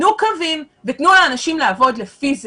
תנו קווים ותנו לאנשים לעבוד לפי זה.